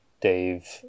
Dave